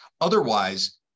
Otherwise